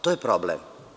To je problem.